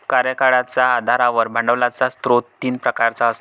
कार्यकाळाच्या आधारावर भांडवलाचा स्रोत तीन प्रकारचा असतो